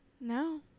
No